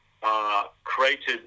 created